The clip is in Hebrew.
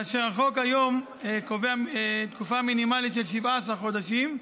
כאשר החוק היום קובע תקופה מינימלית של 17 חודשים,